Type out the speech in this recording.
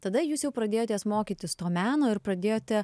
tada jūs jau pradėjotės mokytis to meno ir pradėjote